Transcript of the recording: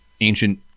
ancient